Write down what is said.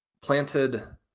planted